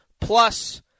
plus